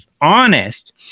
honest